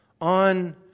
on